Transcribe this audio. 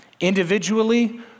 Individually